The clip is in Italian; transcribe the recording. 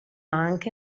anche